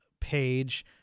page